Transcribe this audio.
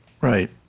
right